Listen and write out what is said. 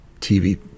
tv